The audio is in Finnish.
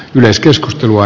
yleiskeskustelua